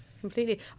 completely